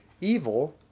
Evil